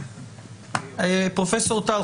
פרופ' טל,